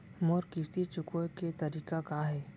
मोर किस्ती चुकोय के तारीक का हे?